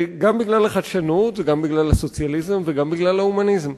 גם בגלל החדשנות וגם בגלל הסוציאליזם וגם בגלל ההומניזם.